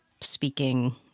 speaking